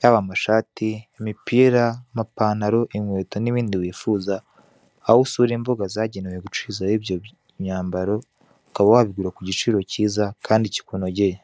yaba amashati, imipira, amapantaro inkweto n'ibindi wifuza, aho usura imbuga zagenewe gucuruzaho ibyo bi imyambaro, ukaba wabigura ku giciro cyiza, kandi kikunogeye.